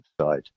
side